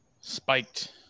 spiked